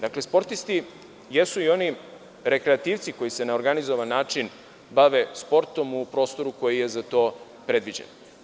Dakle, sportisti jesu i oni rekreativci koji se na organizovan način bave sportom u prostoru koji je za to predviđen.